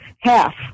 half